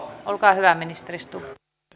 olkaa hyvä ministeri stubb